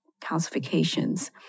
calcifications